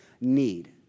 need